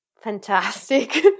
Fantastic